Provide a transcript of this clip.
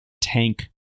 tank